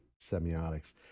semiotics